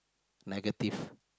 negative